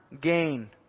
gain